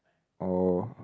oh